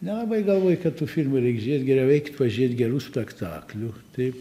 nelabai galvuoju kad tų filmų reik žiūrėt geriau eikit pažiūrėt gerų spektaklių taip